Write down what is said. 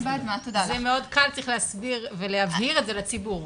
צריך להסביר ולהבהיר את זה לציבור.